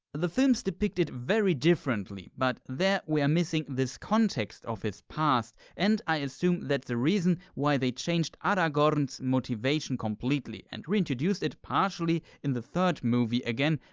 the films depict it very differently, but there we are missing this context of his past and i assume that's the reason, why they changed aragorn's motivation completely and reintroduced it partially in the third movie again,